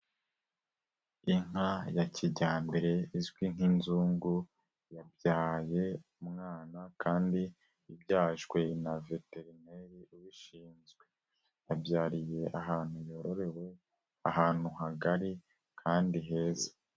Inka ya kijyambere izwi nk'inzungu yabyaye umwana kandi ibyajwe na veterineri ubishinzwe, yabyariye ahantu yororewe ahantu hagari kandi heza.